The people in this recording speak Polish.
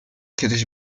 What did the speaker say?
kiedyś